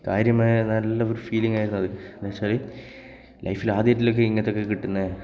കാര്യമായ നല്ല ഫീലിംഗ് ആയിരുന്നു അത് എന്നു വച്ചാൽ ലൈഫിൽ ആദ്യമായിട്ടല്ലേ ഇങ്ങനത്തെ ഒക്കെ കിട്ടുന്നത്